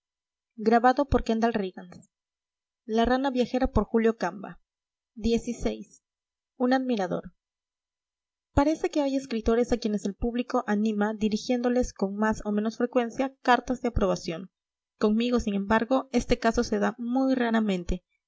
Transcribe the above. ser inmortal xvi un admirador parece que hay escritores a quienes el público anima dirigiéndoles con más o menos frecuencia cartas de aprobación conmigo sin embargo este caso se da muy raramente